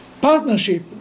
partnership